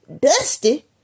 dusty